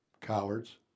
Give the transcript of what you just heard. cowards